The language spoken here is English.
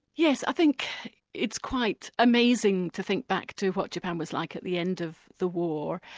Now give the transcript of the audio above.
yes, i think it's quite amazing to think back to what japan was like at the end of the war.